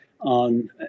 on